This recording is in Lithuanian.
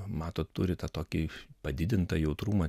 matot turi tą tokį padidintą jautrumą